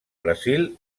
brasil